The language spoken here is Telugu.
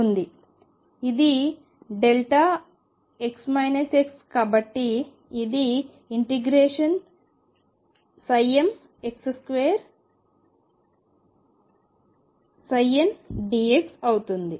ఉంది ఇది δx x కాబట్టి ఇది ∫mx2ndx అవుతుంది